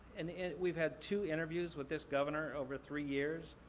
and we've had two interviews with this governor over three years.